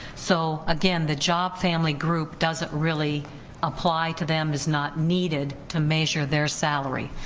so again the job family group doesn't really apply to them, is not needed to measure their salary,